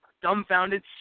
Dumbfounded